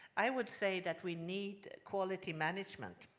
i would say that we need quality management.